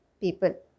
people